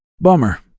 Bummer